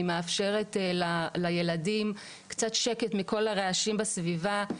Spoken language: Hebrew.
היא מאפשרת לילדים קצת שקט מכל הרעשים בסביבה,